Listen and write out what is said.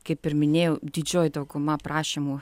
kaip ir minėjau didžioji dauguma prašymų